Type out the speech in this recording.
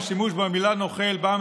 השימוש במילה "נוכל" באה,